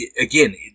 again